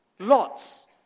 Lots